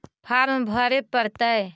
Farm भरे परतय?